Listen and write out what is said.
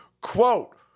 Quote